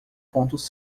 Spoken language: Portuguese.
pontos